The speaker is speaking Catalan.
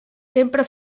sempre